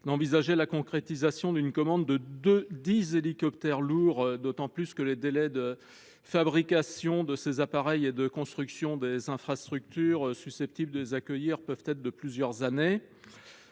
d’envisager la concrétisation d’une commande de dix hélicoptères lourds, d’autant que les délais de fabrication de ces appareils et de construction des infrastructures susceptibles de les accueillir peuvent atteindre plusieurs années.